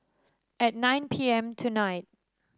at nine P M tonight